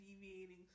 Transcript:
deviating